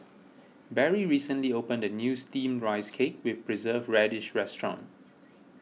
Barrie recently opened a new Steamed Rice Cake with Preserved Radish restaurant